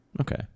Okay